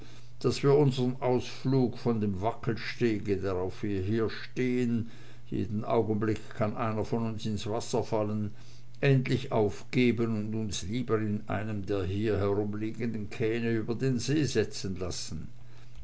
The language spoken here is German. daß wir unsern auslug von dem wackelstege drauf wir hier stehen jeden augenblick kann einer von uns ins wasser fallen endlich aufgeben und uns lieber in einem der hier herumliegenden kähne über den see setzen lassen